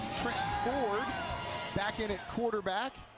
trent ford back in at quarterback.